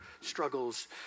struggles